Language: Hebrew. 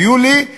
ביולי,